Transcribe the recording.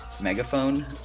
Megaphone